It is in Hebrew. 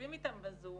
יושבים איתם בזום,